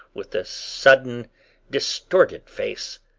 with a suddenly distorted face,